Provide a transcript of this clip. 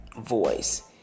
Voice